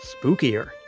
spookier